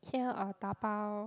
here or dabao